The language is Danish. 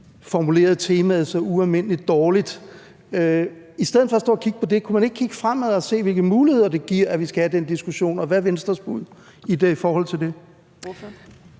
formulerede temaet så ualmindelig dårligt, kunne man så ikke kigge fremad og se, hvilke muligheder det giver, at vi skal have den diskussion? Og hvad er Venstres bud i forhold til det?